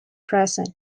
present